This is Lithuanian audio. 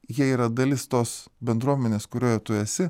jie yra dalis tos bendruomenės kurioje tu esi